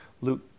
Luke